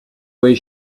where